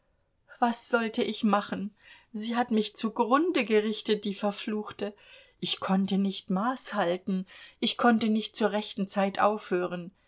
was sollte ich machen sie hat mich zugrunde gerichtet die verfluchte ich konnte nicht maß halten ich konnte nicht zur rechten zeit aufhören